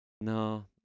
no